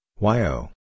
Yo